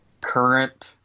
current